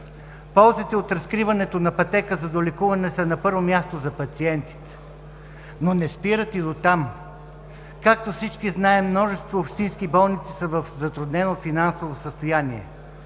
Ползите от разкриването на пътека за долекуване са, на първо място, за пациентите, но не спират и до там. Както всички знаем, множество общински болници са в затруднено финансово състояние.